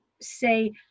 say